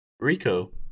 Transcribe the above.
Rico